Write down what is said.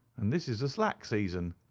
and this is the slack season.